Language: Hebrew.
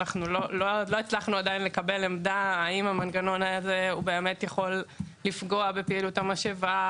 לא הצלחנו עדיין לקבל עמדה אם המנגנון הזה יכול לפגוע בפעילות המשאבה,